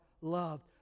loved